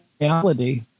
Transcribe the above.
reality